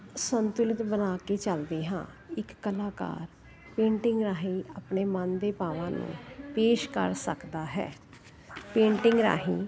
ਸੰਤੁਲਿਤ ਬਣਾ ਕੇ ਚੱਲਦੇ ਹਾਂ ਇੱਕ ਕਲਾਕਾਰ ਪੇਂਟਿੰਗ ਰਾਹੀਂ ਆਪਣੇ ਮਨ ਦੇ ਭਾਵਾਂ ਨੂੰ ਪੇਸ਼ ਕਰ ਸਕਦਾ ਹੈ ਪੇਂਟਿੰਗ ਰਾਹੀਂ